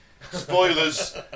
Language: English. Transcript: spoilers